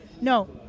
no